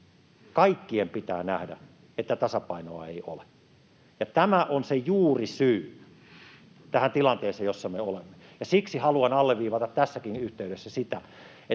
Kaikkien pitää nähdä, että tasapainoa ei ole. Ja tämä on se juurisyy tähän tilanteeseen, jossa me olemme, ja siksi haluan alleviivata tässäkin yhteydessä sitä, että